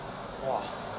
!wah!